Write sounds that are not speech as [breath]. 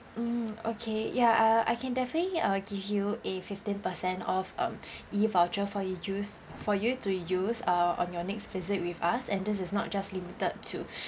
mm okay ya uh I can definitely uh give you a fifteen percent off um [breath] E voucher for use for you to use uh on your next visit with us and this is not just limited to [breath]